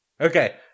okay